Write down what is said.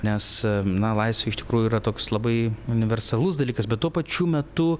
nes na laisvė iš tikrųjų yra toks labai universalus dalykas bet tuo pačiu metu